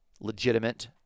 legitimate